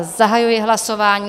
Zahajuji hlasování.